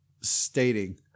stating